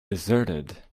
deserted